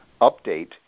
update